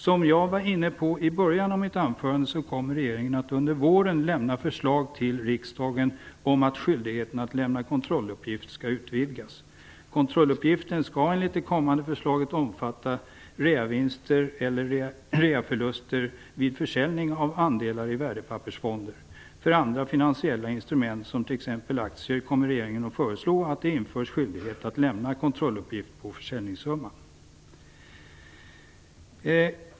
Som jag var inne på i början av mitt anförande kommer regeringen att under våren lämna förslag till riksdagen om att skyldigheten att lämna kontrolluppgift skall utvidgas. Kontrolluppgifter skall enligt det kommande förslaget omfatta reavinster eller reaförluster vid försäljning av andeler i värdepappersfonder. För andra finansiella instrument, som t.ex. aktier, kommer regeringen att föreslå att det införs skyldighet att lämna kontrolluppgift på försäljningssumman.